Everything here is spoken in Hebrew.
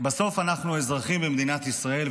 בסוף אנחנו אזרחים במדינת ישראל,